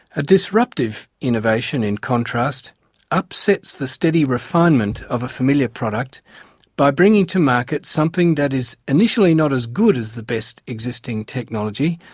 a disruptive innovation in contrast upsets the steady refinement of a familiar product by bringing to market something that is initially not as good as the best existing technology,